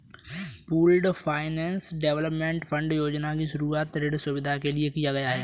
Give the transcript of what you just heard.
pooled finance development fund योजना की शुरूआत ऋण सुविधा के लिए किया गया है